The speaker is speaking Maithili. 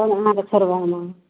तब अहाँकेँ छोड़बै हमे